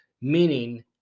meaning